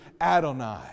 Adonai